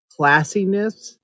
classiness